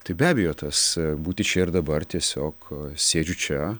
tai be abejo tas būti čia ir dabar tiesiog sėdžiu čia